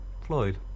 Floyd